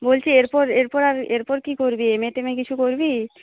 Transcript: বলছি এরপর এরপর আর এরপর কি করবি এম এ টেমে কিছু করবি